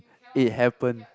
it happen